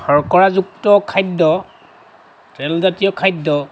শৰ্কৰাযুক্ত খাদ্য তেল জাতীয় খাদ্য